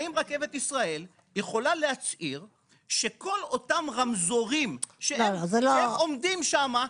האם רכבת ישראל יכולה להצהיר שכל אותם רמזורים שהם עומדים שם,